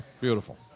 Beautiful